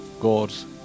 God's